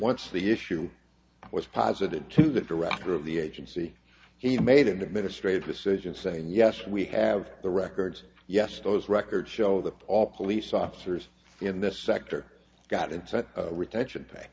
once the issue was posited to the director of the agency he made in the ministry of decision saying yes we have the records yes those records show that all police officers in this sector got a retention